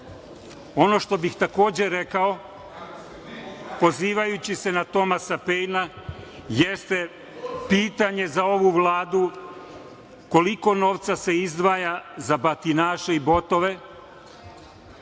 što bih takođe rekao, pozivajući se na Tomasa Pejna, jeste pitanje za ovu Vladu – koliko novca se izdvaja za batinaše i botove?